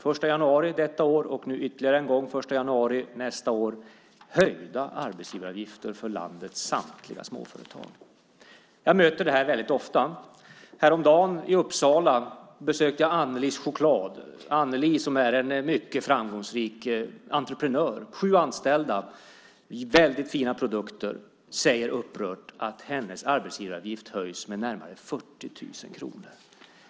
Den 1 januari i år, och nu ytterligare en gång, den 1 januari nästa år, höjs arbetsgivaravgifterna för landets samtliga småföretag. Jag möter det här väldigt ofta. Häromdagen i Uppsala besökte jag Annelie K Choklad. Annelie är en mycket framgångsrik entreprenör med sju anställda. De tillverkar väldigt fina produkter. Hon säger upprört att hennes arbetsgivaravgift höjs med närmare 40 000 kronor.